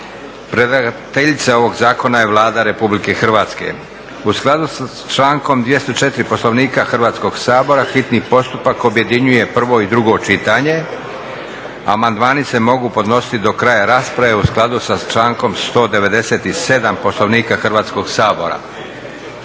Predlagateljica ovog zakona je Vlada Republike Hrvatske. U skladu sa člankom 204. Poslovnika Hrvatskoga sabora hitni postupak objedinjuje prvo i drugo čitanje. Amandmani se mogu podnositi do kraja rasprave u skladu sa člankom 197. Poslovnika Hrvatskoga sabora.